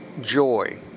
Joy